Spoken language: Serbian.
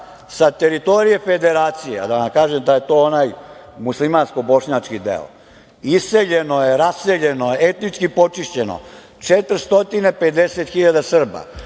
sa teritorije federacije, da vam kažem da je to ona muslimansko-bošnjački deo, iseljeno je, raseljeno je, etnički počišćeno 450 hiljada